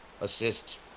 assist